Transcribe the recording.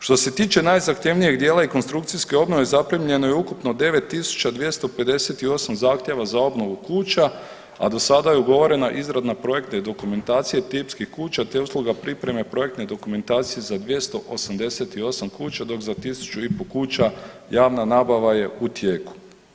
Što se tiče najzahtjevnijeg dijela i konstrukcijske obnove zaprimljeno je ukupno 9258 zahtjeva za obnovu kuća, a do sada je ugovorena izrada projekta i dokumentacije tipskih kuća te usluga pripreme projektne dokumentacije za 288 kuća dok za 1500 kuća javna nabava je u tijeku.